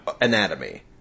Anatomy